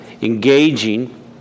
engaging